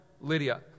Lydia